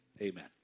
amen